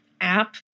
app